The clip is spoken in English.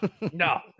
No